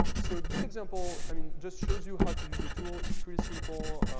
so this example, i mean, just shows you how to use the tool. it's pretty simple.